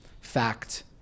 fact